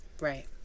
right